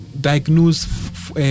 diagnose